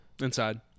Inside